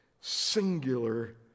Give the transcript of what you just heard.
singular